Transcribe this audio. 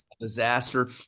disaster